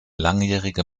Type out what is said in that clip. langjährige